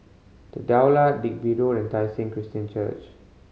The Daulat Digby Road and Tai Seng Christian Church